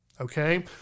Okay